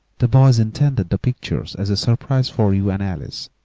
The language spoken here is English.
the boys intended the pictures as a surprise for you and elise,